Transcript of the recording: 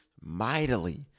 mightily